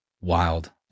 wild